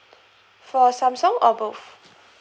for samsung or both